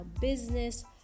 business